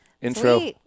intro